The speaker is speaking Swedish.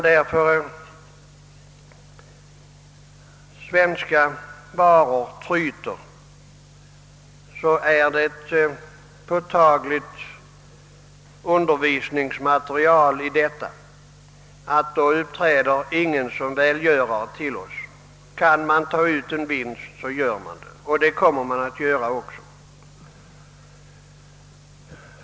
Detta erbjuder ett påtagligt undervisningsmaterial. När svenska varor tryter uppträder ingen som välgörare. Kan man ta ut en vinst gör man det.